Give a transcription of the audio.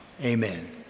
Amen